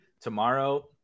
tomorrow –